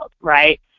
right